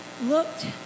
looked